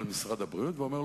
משרד בריאות ששונא את החולים